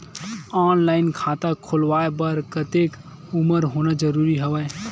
Online खाता खुलवाय बर कतेक उमर होना जरूरी हवय?